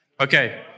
Okay